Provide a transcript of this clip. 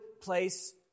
place